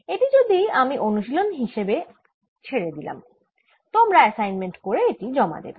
এটি আমি অনুশীলন হিসেবে ছেড়ে দিলাম তোমরা এসাইনমেন্টে এটি করে জমা দেবে